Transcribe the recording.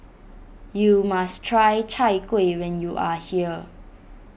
you must try Chai Kueh when you are here